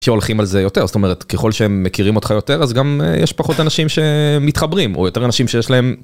שהולכים על זה יותר, זאת אומרת ככל שהם מכירים אותך יותר אז גם יש פחות אנשים שמתחברים, או יותר אנשים שיש להם.